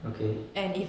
okay